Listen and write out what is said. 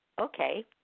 okay